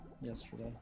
yesterday